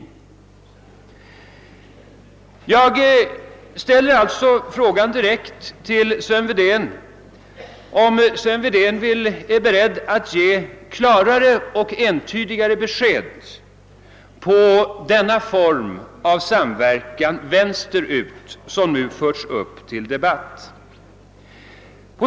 Jag frågar alltså herr Wedén direkt, om han är beredd att ge ett klarare och entydigare besked då det gäller den form av samverkan vänsterut som nu tagits upp till debatt.